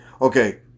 Okay